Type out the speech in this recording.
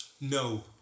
No